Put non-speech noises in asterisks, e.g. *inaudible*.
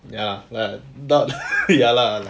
ya like *laughs* ya lah like